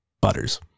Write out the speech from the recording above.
butters